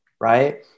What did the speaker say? Right